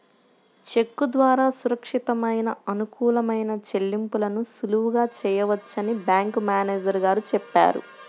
చెక్కు ద్వారా సురక్షితమైన, అనుకూలమైన చెల్లింపులను సులువుగా చేయవచ్చని బ్యాంకు మేనేజరు గారు చెప్పారు